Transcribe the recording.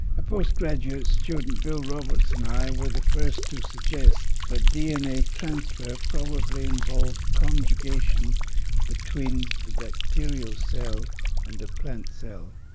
a postgraduate student bill roberts and i were the first to suggest that dna transfer probably involved conjugation between the bacterial cell and the plant cell.